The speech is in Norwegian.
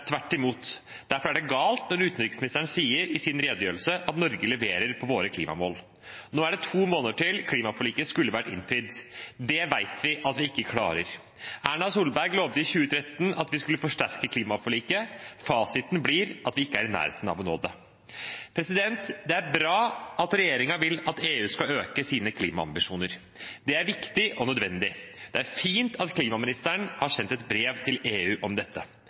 tvert imot. Derfor er det galt når utenriksministeren i sin redegjørelse sier at Norge leverer på våre klimamål. Nå er det to måneder til klimaforliket skulle vært innfridd. Det vet vi at vi ikke klarer. Erna Solberg lovet i 2013 at vi skulle forsterke klimaforliket. Fasiten blir at vi ikke er i nærheten av å nå det. Det er bra at regjeringen vil at EU skal øke sine klimaambisjoner. Det er viktig og nødvendig. Det er fint at klimaministeren har sendt et brev til EU om dette.